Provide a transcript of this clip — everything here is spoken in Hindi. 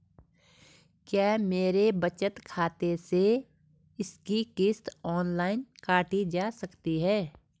क्या मेरे बचत खाते से इसकी किश्त ऑनलाइन काटी जा सकती है?